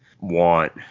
want